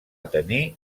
tenir